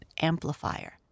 amplifier